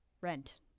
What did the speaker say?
Rent